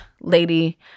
lady